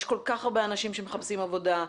יש כל כך הרבה אנשים שמחפשים עבודה,